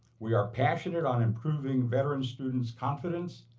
we are passionate on improving veteran students confidence,